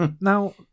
Now